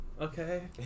Okay